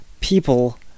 people